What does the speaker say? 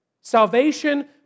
Salvation